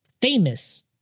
famous